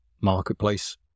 marketplace